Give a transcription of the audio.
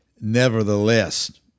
Nevertheless